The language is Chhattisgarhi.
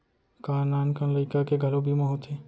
का नान कन लइका के घलो बीमा होथे?